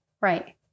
Right